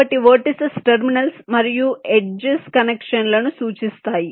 కాబట్టి vertices terminals మరియు edges కనెక్షన్లను సూచిస్తాయి